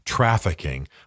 Trafficking